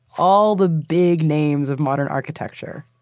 all the big names of modern architecture.